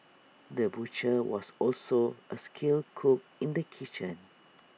the butcher was also A skilled cook in the kitchen